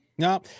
No